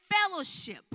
fellowship